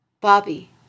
Bobby